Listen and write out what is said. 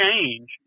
change